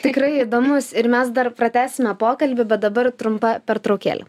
tikrai įdomus ir mes dar pratęsime pokalbį bet dabar trumpa pertraukėlė